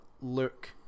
look